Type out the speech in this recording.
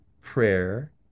prayer